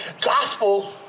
gospel